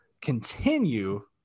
continue